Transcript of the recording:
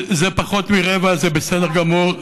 פחות מרבע זה בסדר גמור.